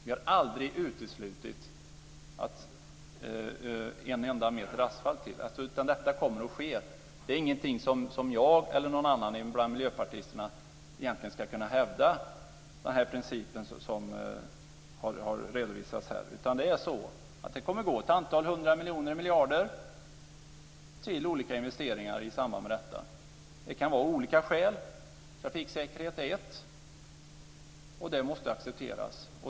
Vi har aldrig uteslutit en enda meter asfalt till. Detta kommer att ske. Den princip som har redovisats här är inte något som jag eller någon annan bland miljöpartisterna egentligen ska kunna hävda. Det kommer att gå ett antal hundra miljarder till olika investeringar i samband med detta. Det kan vara av olika skäl. Trafiksäkerhet är ett. Det måste accepteras.